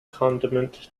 condiment